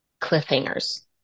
cliffhangers